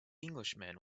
englishman